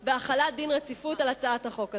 בהחלת דין רציפות על הצעת החוק הזאת.